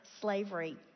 slavery